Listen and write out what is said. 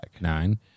Nine